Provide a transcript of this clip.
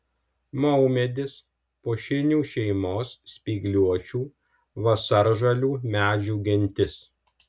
maumedis pušinių šeimos spygliuočių vasaržalių medžių gentis